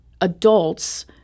adults